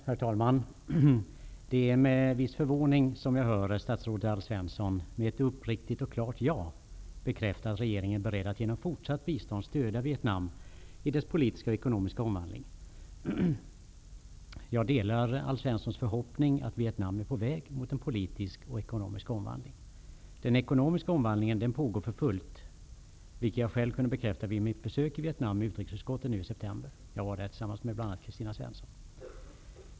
Herr talman! Det är med viss förvåning som jag hör statsrådet Alf Svensson med ett uppriktigt och klart ja bekräfta att regeringen är beredd att genom fortsatt bistånd stödja Vietnam i dess politiska och ekonomiska omvandling. Jag delar Alf Svenssons förhoppning att Vietnam är på väg mot en politisk och ekonomisk omvandling. Den ekonomiska omvandlingen pågår för fullt, vilket jag själv kunde bekräfta vid mitt besök i Vietnam med utrikesutskottet i september. Jag var där tillsammans med bl.a. Kristina Svensson.